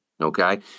Okay